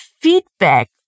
feedback